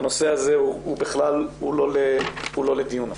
הנושא הזה הוא בכלל לא לדיון אפילו.